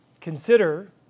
consider